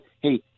Hey